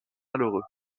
malheureux